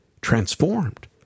transformed